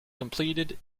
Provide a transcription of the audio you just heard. completed